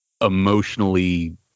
emotionally